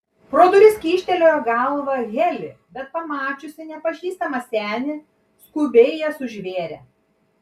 pro duris kyštelėjo galvą heli bet pamačius nepažįstamą senį skubiai jas užvėrė